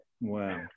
wow